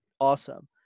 awesome